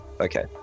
Okay